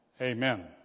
amen